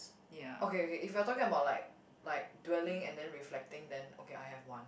okay okay if you're taking about like like dwelling and then reflecting then okay I have one